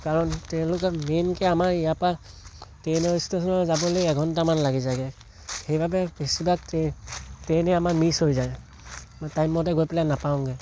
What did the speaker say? কাৰণ তেওঁলোকে মেইনকৈ আমাৰ ইয়াৰ পৰা ট্ৰেইনৰ ইষ্টেশ্যন যাবলৈকে এঘণ্টামান লাগি যায়গৈ সেইবাবে বেছিভাগ ট্ৰেইনে আমাৰ মিছ হৈ যায় টাইমমতে গৈ পেলাই নাপাওঁগৈ